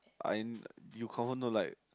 I in the you confirm don't like